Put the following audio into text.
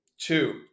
two